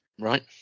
right